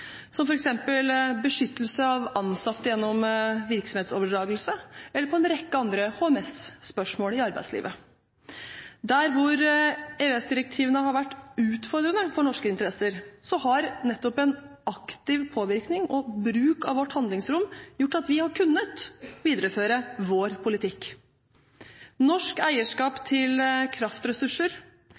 som f.eks. beskyttelse av ansatte gjennom virksomhetsoverdragelse, eller når det gjelder en rekke andre HMS-spørsmål i arbeidslivet. Der EØS-direktivene har vært utfordrende for norske interesser, har nettopp en aktiv påvirkning og bruk av vårt handlingsrom gjort at vi har kunnet videreføre vår politikk. Norsk eierskap til kraftressurser,